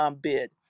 bid